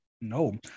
No